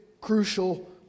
crucial